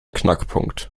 knackpunkt